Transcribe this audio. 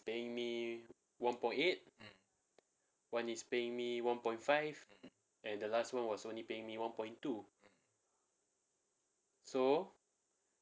paying me one point eight one is paying me one point five and the last one was only paying me one point two so